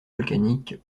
volcaniques